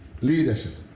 leadership